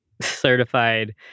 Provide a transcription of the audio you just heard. certified